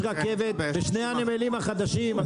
יש רכבת בשני הנמלים החדשים.